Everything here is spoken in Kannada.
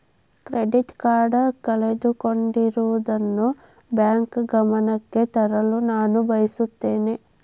ಡೆಬಿಟ್ ಕಾರ್ಡ್ ಕಳೆದುಕೊಂಡಿರುವುದನ್ನು ಬ್ಯಾಂಕ್ ಗಮನಕ್ಕೆ ತರಲು ನಾನು ಬಯಸುತ್ತೇನೆ